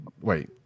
wait